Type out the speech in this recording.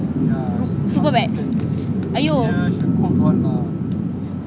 super bad !aiyo!